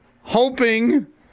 hoping